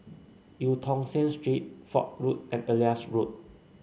Eu Tong Sen Street Fort Road and Elias Road